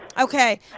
Okay